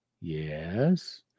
Yes